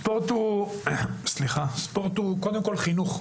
ספורט הוא קודם כול חינוך,